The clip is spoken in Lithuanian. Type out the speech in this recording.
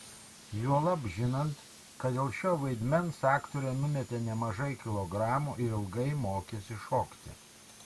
juolab žinant kad dėl šio vaidmens aktorė numetė nemažai kilogramų ir ilgai mokėsi šokti